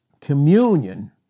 communion